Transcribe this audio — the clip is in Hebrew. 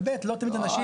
ו-ב' לא תמיד אנשים